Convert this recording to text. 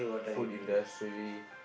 food industry